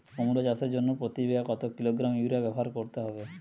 কুমড়ো চাষের জন্য প্রতি বিঘা কত কিলোগ্রাম ইউরিয়া ব্যবহার করতে হবে?